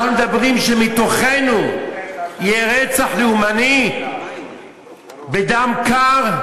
אנחנו מדברים, שמתוכנו יהיה רצח לאומני בדם קר,